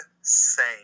insane